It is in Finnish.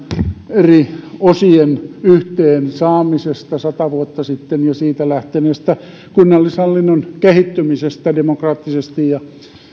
eri osien yhteen saamisesta sata vuotta sitten ja siitä lähteneestä kunnallishallinnon kehittymisestä demokraattisesti ja